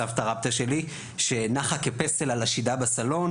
סבתא רבתא שלי שנחה כפסל על השידה בסלון,